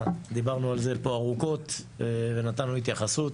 דיברנו על זה פה ארוכות ונתנו התייחסות,